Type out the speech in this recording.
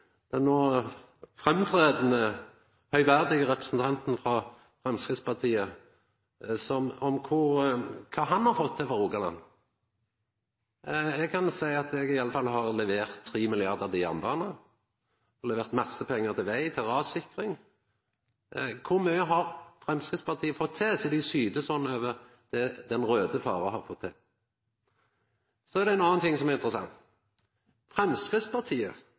høgverdige representanten frå Framstegspartiet – om kva han har fått til for Rogaland. Eg kan seia at eg iallfall har levert 3 mrd. kr til jernbane og har levert masse pengar til veg, til rassikring. Kor mykje har Framstegspartiet fått til, sidan dei syter sånn over det den raude faren har fått til? Så er det ein annan ting som er interessant.